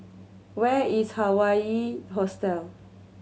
where is Hawaii Hostel